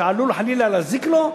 שעלול חלילה להזיק לו,